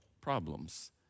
problems